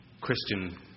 Christian